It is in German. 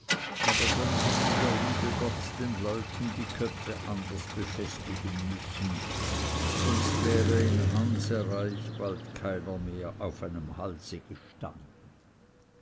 aber dann hätte der liebe gott den leuten die köpfe anders befestigen müssen sonst wäre in hanse reich bald keiner mehr auf einem halse gestanden